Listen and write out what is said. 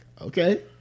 okay